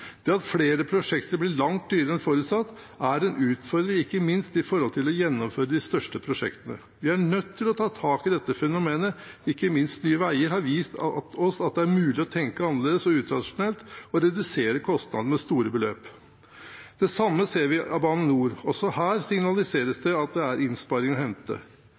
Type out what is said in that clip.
Det at flere prosjekter blir langt dyrere enn forutsatt, er en utfordring, ikke minst med hensyn til å gjennomføre de største prosjektene. Vi er nødt til å ta tak i dette fenomenet. Ikke minst Nye Veier har vist oss at det er mulig å tenke annerledes og utradisjonelt, og redusere kostnadene med store beløp. Det samme ser vi av Bane NOR. Også her signaliseres det at det er innsparing å hente.